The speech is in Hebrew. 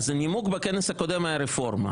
הנימוק בכנס הקודם היה רפורמה.